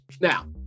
Now